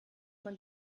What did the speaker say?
man